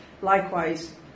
Likewise